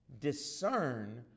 Discern